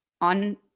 on